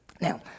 Now